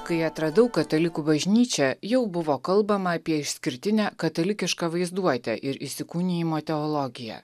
kai atradau katalikų bažnyčią jau buvo kalbama apie išskirtinę katalikišką vaizduotę ir įsikūnijimo teologiją